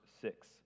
six